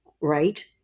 Right